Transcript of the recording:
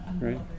right